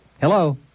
Hello